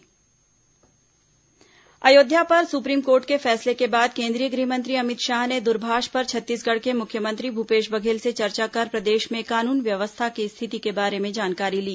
शाह बघेल बातचीत अयोध्या पर supreme court के फैसले के बाद केंद्रीय गृह मंत्री अमित शाह ने द्रभाष पर छत्तीसगढ़ के मुख्यमंत्री भूपेश बघेल से चर्चा कर प्रदेश में कानून व्यवस्था की स्थिति के बारे में जानकारी ली